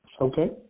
Okay